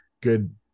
good